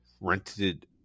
rented